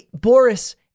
Boris